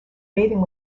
bathing